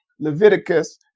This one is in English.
Leviticus